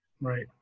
Right